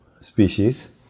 species